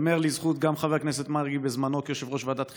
ייאמר לזכות חבר הכנסת מרגי שבזמנו כיושב-ראש ועדת חינוך,